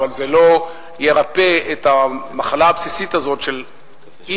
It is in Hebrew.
אבל זה לא ירפא את המחלה הבסיסית הזאת של אי-נכונות,